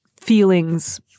feelings